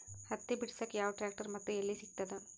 ಹತ್ತಿ ಬಿಡಸಕ್ ಯಾವ ಟ್ರ್ಯಾಕ್ಟರ್ ಮತ್ತು ಎಲ್ಲಿ ಸಿಗತದ?